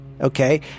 Okay